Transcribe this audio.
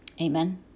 Amen